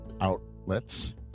outlets